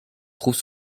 trouve